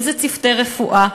אם צוותי רפואה,